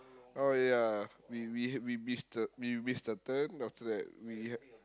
oh ya we we we miss the we miss the turn then after that we ha~